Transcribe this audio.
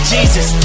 Jesus